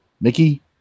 Mickey